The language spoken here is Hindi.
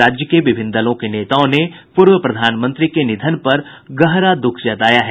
राज्य के विभिन्न दलों के नेताओं ने पूर्व प्रधानमंत्री के निधन पर गहरा द्रःख जताया है